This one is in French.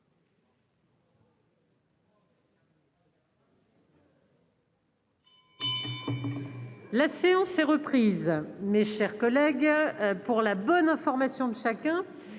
La séance est reprise, mes chers collègues, pour la bonne information de chacun,